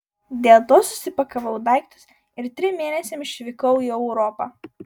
dėl to susipakavau daiktus ir trim mėnesiams išvykau į europą